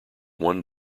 one